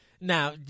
Now